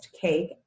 cake